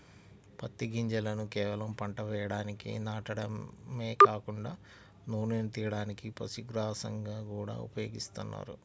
పత్తి గింజలను కేవలం పంట వేయడానికి నాటడమే కాకుండా నూనెను తియ్యడానికి, పశుగ్రాసంగా గూడా ఉపయోగిత్తన్నారు